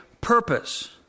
purpose